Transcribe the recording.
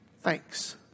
thanks